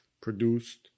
produced